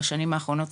בשנים האחרונות,